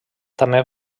també